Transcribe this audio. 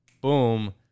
Boom